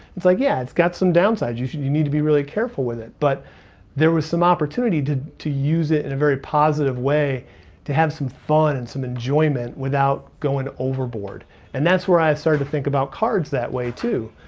it's like, yeah, it's got some downsides. and you need to be really careful with it but there was some opportunity to to use it in a very positive way to have some fun and some enjoyment without going overboard and that's where i started to think about cards that way too,